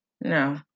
No